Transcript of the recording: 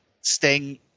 Sting